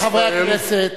חברי הכנסת,